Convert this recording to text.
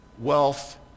wealth